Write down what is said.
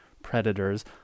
Predators